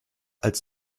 als